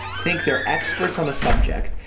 think they're experts on a subject,